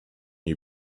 you